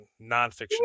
nonfiction